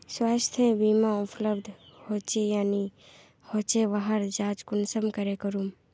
स्वास्थ्य बीमा उपलब्ध होचे या नी होचे वहार जाँच कुंसम करे करूम?